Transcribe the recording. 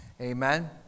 Amen